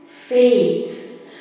faith